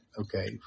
okay